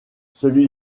celui